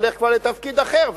היה הולך כבר לתפקיד אחר,